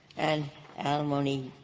and alimony,